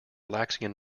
relaxing